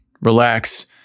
Relax